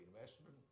investment